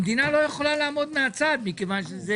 המדינה לא יכולה לעמוד מהצד מכיוון שזה